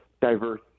diverse